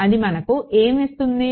అది మనకు ఏం ఇస్తుంది